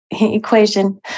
equation